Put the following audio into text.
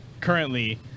currently